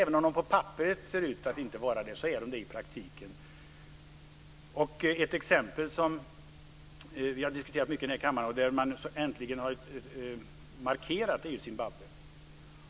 Även om de på papperet inte ser ut att vara enpartistater är de det i praktiken. Ett exempel som har diskuterats i kammaren och där det äntligen har skett en markering är Zimbabwe.